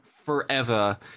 forever